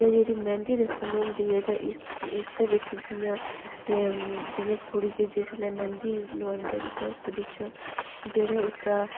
ते जेह्ड़ी मैंह्दी रस्म होंदी ऐ ते इसदे बिच्च जियां जियां कुड़ी जिसलै मैंह्दी लोओंदे न उसदे बिच्च जेह्ड़ा उसदा